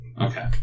Okay